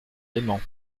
leyment